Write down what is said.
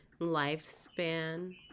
lifespan